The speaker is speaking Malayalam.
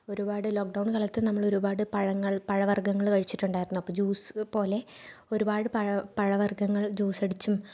ഒരുപാട് ലോക്ക്ഡൗൺ കാലത്ത് നമ്മൾ ഒരുപാട് പഴങ്ങൾ പഴവർഗ്ഗങ്ങൾ കഴിച്ചിട്ടുണ്ടായിരുന്നു അപ്പം ജ്യൂസ് പോലെ ഒരുപാട് പഴവർഗ്ഗങ്ങൾ ജ്യൂസടിച്ചു